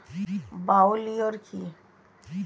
Bio লিওর কি?